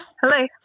Hello